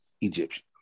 egyptian